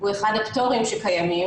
הוא אחד הפטורים שקיימים.